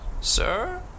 Sir